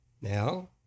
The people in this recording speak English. now